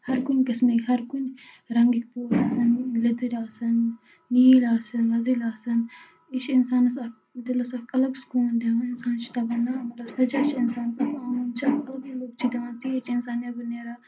ہَر کُنہِ قٕسمُک ہر کُنہِ رَنٛگٕکۍ پوش آسان یِم لیدٕرۍ آسن نیٖلۍ آسن وۄزٕلۍ آسن یہِ چھُ اِنسانَس اکھ دِلَس اکھ الَگ سکوٗن دِوان اِنسان چھُ دَپان